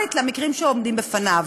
אינדיבידואלית על המקרים שעומדים בפניהם.